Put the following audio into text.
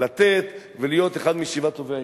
לתת ולהיות אחד משבעת טובי העיר.